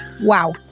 wow